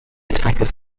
attackers